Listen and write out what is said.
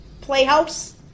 playhouse